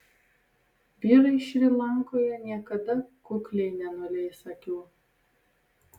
vyrai šri lankoje niekada kukliai nenuleis akių